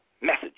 message